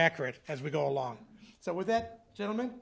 accurate as we go along so with that gentleman